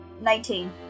Nineteen